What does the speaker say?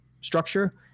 structure